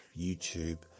YouTube